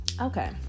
okay